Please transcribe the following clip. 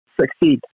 succeed